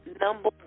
Number